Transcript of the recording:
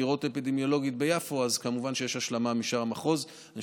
לחקירות אפידמיולוגיות ביפו אז יש השלמה משאר המחוזות.